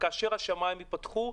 כאשר השמים ייפתחו,